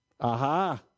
Aha